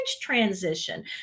transition